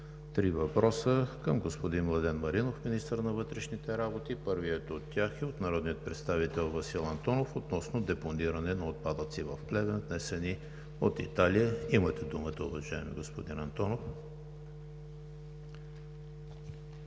три въпроса към господин Младен Маринов –министър на вътрешните работи. Първият от тях е от народния представител Васил Антонов относно депониране на отпадъци в Плевен, внесени от Италия. Имате думата, уважаеми господин Антонов. ВАСИЛ